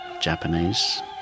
Japanese